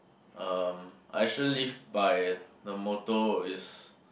um I should live by the motto is